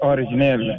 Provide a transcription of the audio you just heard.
Original